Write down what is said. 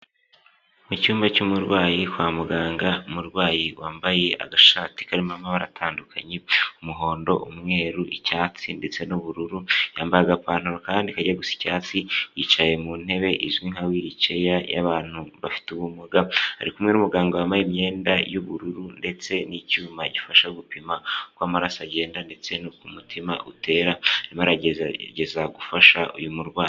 Mu cyumba cy'umurwayi kwa muganga, umurwayi wambaye agashati karimo amabara atandukanye, umuhondo, umweru icyatsi ndetse n'ubururu, yambaye agapantaro kandi kajya gusa icyatsi, yicaye mu ntebe izwi nka wiri ceya y'abantu bafite ubumuga, ari kumwe n'umuganga wambaye imyenda y'ubururu ndetse n'icyuma gifasha gupima uko amaraso agenda ndetse n'uko umutima utera arimo aragerageza gufasha uyu murwayi.